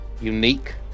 unique